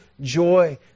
joy